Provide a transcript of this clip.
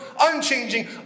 unchanging